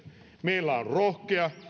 meillä on rohkea